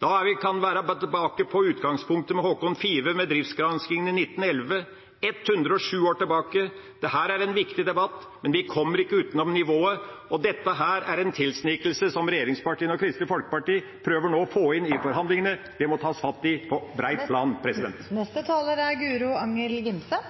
Da kan vi være tilbake til utgangspunktet med Håkon Five med driftsgranskingene i 1911, 107 år tilbake i tid. Dette er en viktig debatt, men vi kommer ikke utenom nivået, og dette er en tilsnikelse som regjeringspartiene og Kristelig Folkeparti nå prøver å få inn i forhandlingene. Det må tas fatt i på